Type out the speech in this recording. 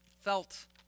felt